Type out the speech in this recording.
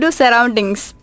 surroundings